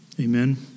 Amen